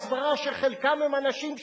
אולי באמת יש טעם לסברה שחלקם הם אנשים שלהם,